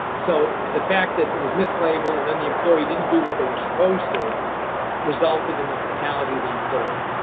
so the fact that it was mislabeled and then the employee didn't do what they were supposed to resulted in the fatality of the employee.